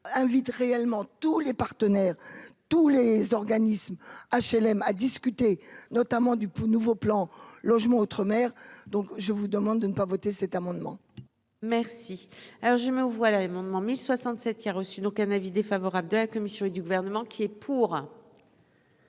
invite réellement tous les partenaires, tous les organismes HLM à discuter notamment du nouveau plan logement outre-mer, donc je vous demande de ne pas voter cet amendement. Merci, alors je me vois là et mon 1067, il a reçu donc un avis défavorable de la commission et du gouvernement qui est pour.